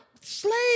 slaves